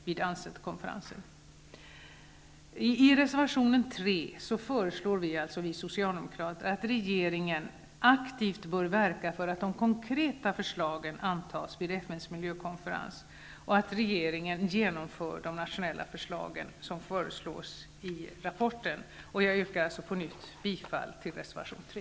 I reservation 3 föreslår vi socialdemokrater att regeringen aktivt skall verka för att de konkreta förslagen antas vid FN:s miljökonferens och att regeringen genomför de nationella förslag som förs fram i rapporten. Jag yrkar alltså på nytt bifall till reservation 3.